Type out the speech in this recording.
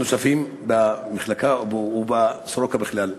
נוספים במחלקה או בבית-חולים סורוקה בכלל?